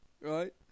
right